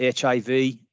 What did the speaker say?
HIV